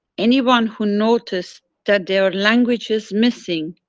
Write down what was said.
anyone who noticed that their language is missing,